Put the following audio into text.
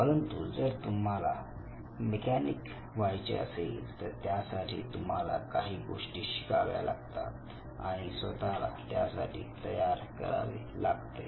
परंतु जर तुम्हाला मेकॅनिक व्हायचे असेल तर त्यासाठी तुम्हाला काही गोष्टी शिकाव्या लागतात आणि स्वतःला त्यासाठी तयार करावे लागते